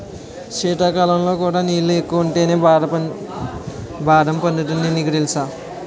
శీతాకాలంలో కూడా నీళ్ళు ఎక్కువుంటేనే బాదం పండుతుందని నీకు తెలుసా?